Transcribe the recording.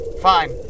Fine